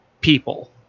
people